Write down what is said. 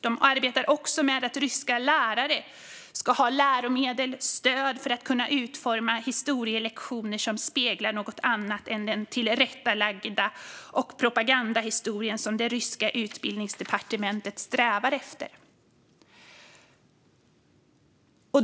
De arbetar också för att ryska lärare ska ha läromedel och stöd för att kunna utforma historielektioner som speglar något annat än den tillrättalagda propagandahistoria som det ryska utbildningsdepartementet strävar efter.